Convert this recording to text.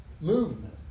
movement